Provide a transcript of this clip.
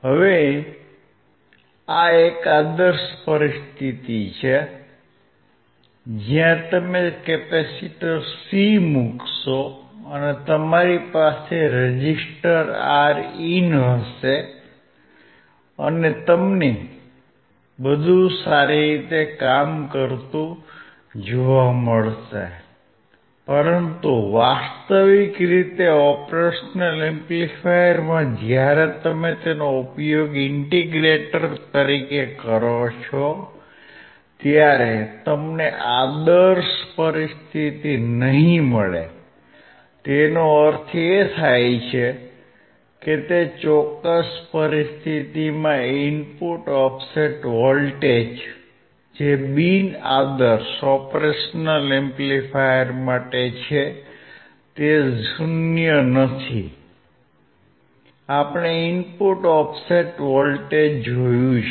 હવે આ એક આદર્શ પરિસ્થિતિ છે જ્યાં તમે કેપેસિટર C મુકશો અને તમારી પાસે રેઝિસ્ટર Rin હશે અને તમને બધું સારી રીતે કામ કરતું જોવા મળશે પરંતુ વાસ્તવિક રીતે ઓપરેશનલ એમ્પ્લીફાયરમાં જ્યારે તમે તેનો ઉપયોગ ઇન્ટીગ્રેટર તરીકે કરો છો ત્યારે તમને આદર્શ પરિસ્થિતિ નહીં મળે તેનો અર્થ એ છે કે તે ચોક્કસ પરિસ્થિતિમાં ઇનપુટ ઓફસેટ વોલ્ટેજ જે બિન આદર્શ Op Amp માટે છે તે 0 નથી આપણે ઇનપુટ ઓફસેટ વોલ્ટેજ જોયું છે